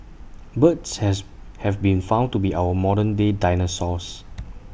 birds has have been found to be our modern day dinosaurs